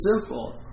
simple